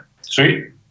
Sweet